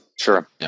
Sure